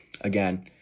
again